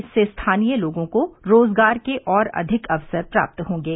इससे स्थानीय लोगों को रोजगार के और अधिक अवसर प्राप्त होंगे